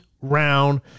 round